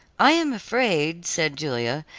i am afraid, said julia,